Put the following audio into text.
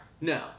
No